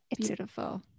beautiful